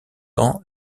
ans